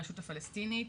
הרשות הפלשתינית,